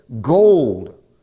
gold